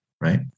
right